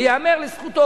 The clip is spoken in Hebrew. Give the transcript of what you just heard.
וייאמר לזכותו,